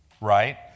right